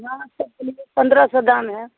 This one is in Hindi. हाँ सैमसंग पंद्रह सौ दाम है